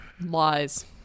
Lies